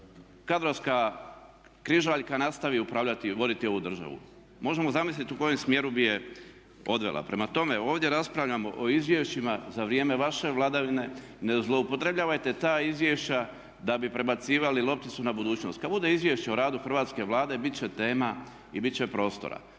kadrovska križaljka nastavi upravljati i voditi ovu državu? Možemo zamisliti u kojem smjeru bi je odvela. Prema tome, ovdje raspravljamo o izvješćima za vrijeme vaše vladavine, ne zloupotrebljavajte ta izvješća da bi prebacivali lopticu na budućnost. Kad bude izvješće o radu Hrvatske vlade bit će tema i bit će prostora.